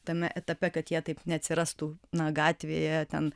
tame etape kad jie taip neatsirastų na gatvėje ten